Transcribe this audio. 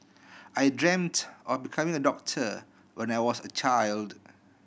I dreamt of becoming a doctor when I was a child